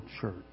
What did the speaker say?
church